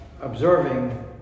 observing